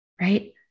right